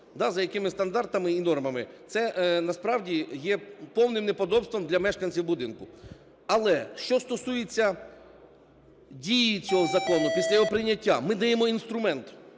за якими стандартами і нормами. Це насправді є повним неподобством для мешканців будинку. Але, що стосується дії цього закону після його прийняття. Ми даємо інструмент.